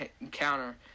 encounter